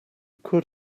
could